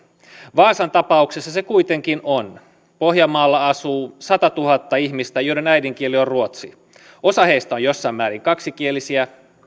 vaasan tapauksessa se kuitenkin on pohjanmaalla asuu satatuhatta ihmistä joiden äidinkieli on ruotsi osa heistä on jossain määrin kaksikielisiä